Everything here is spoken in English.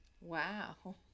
Wow